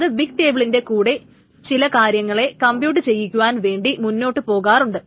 അത് ബിഗ് ടേബിളിന്റെ കൂടെ ചില കാര്യങ്ങളെ കംപ്യൂട്ട് ചെയ്യുവാൻ വേണ്ടി മുന്നോട്ടു പോകാറുണ്ട്